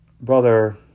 brother